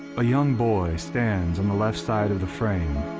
a young boy stands on the left side of the frame,